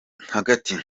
hagati